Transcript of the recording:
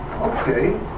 okay